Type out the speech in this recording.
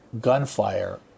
gunfire